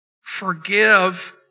forgive